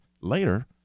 later